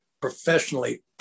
professionally